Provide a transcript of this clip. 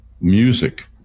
music